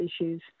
issues